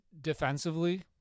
Defensively